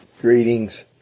Greetings